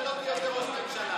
אתה לא תהיה יותר ראש ממשלה.